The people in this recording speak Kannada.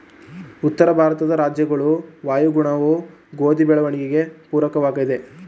ಉತ್ತರ ಭಾರತದ ರಾಜ್ಯಗಳ ವಾಯುಗುಣವು ಗೋಧಿ ಬೆಳವಣಿಗೆಗೆ ಪೂರಕವಾಗಿದೆ,